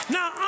Now